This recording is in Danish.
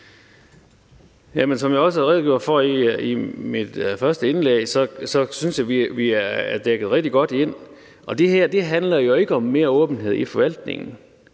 Som jeg også redegjorde for i mit første indlæg, synes jeg, vi er dækket rigtig godt ind, og det her handler jo ikke om mere åbenhed i forvaltningen,